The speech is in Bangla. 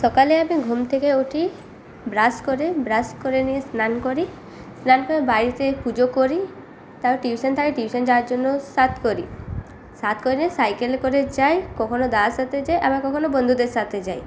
সকালে আমি ঘুম থেকে উঠি ব্রাশ করি ব্রাশ করে নিয়ে স্নান করি স্নান করে বাড়িতে পুজো করি তারপর টিউশন থাকে টিউশন যাওয়ার জন্য সাত করি সাত করে সাইকেলে করে যাই কখনও দাদার সাথে যাই আবার কখনও বন্ধুদের সাথে যাই